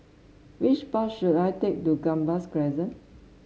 which bus should I take to Gambas Crescent